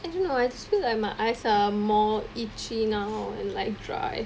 I don't know I feel like my eyes are more itchy now and like dry